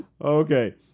Okay